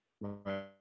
Right